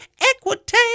equity